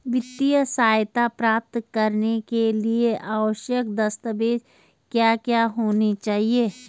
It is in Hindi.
वित्तीय सहायता प्राप्त करने के लिए आवश्यक दस्तावेज क्या क्या होनी चाहिए?